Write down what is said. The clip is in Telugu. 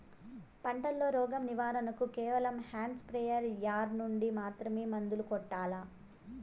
పంట లో, రోగం నివారణ కు కేవలం హ్యాండ్ స్ప్రేయార్ యార్ నుండి మాత్రమే మందులు కొట్టల్లా?